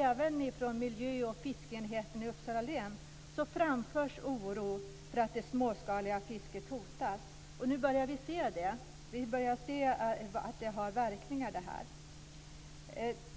Även från miljö och fiskeenheten i Uppsala län framförs oro för att det småskaliga fisket hotas. Vi börjar nu se att detta har verkningar.